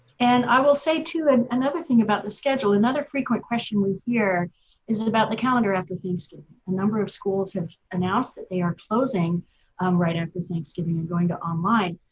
and i will say too, and another thing about the schedule another frequent question we hear is is about the calendar after thanksgiving. a number of schools have announced that they are closing right after thanksgiving and going to online.